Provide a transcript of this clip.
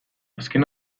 azken